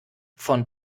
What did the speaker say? von